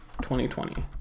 2020